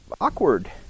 awkward